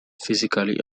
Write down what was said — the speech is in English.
physically